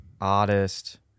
artist